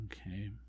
Okay